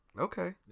Okay